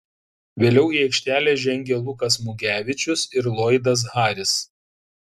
vėliau į aikštelę žengė lukas mugevičius ir loydas harris